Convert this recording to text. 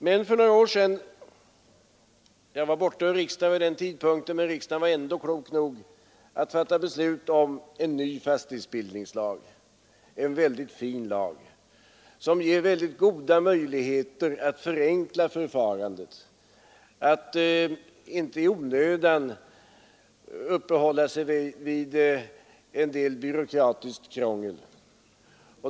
Men för några år sedan — jag var borta ur riksdagen vid den tidpunkten — var riksdagen klok nog att fatta beslut om en ny fastighetsbildningslag, en väldigt fin lag som ger goda möjligheter att förenkla förfarandet, att inte i onödan uppehålla sig vid byråkratiskt krångel.